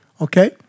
Okay